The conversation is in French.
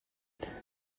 elle